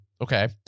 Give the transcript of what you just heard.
Okay